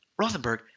Rothenberg